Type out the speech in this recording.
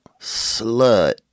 slut